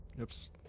Oops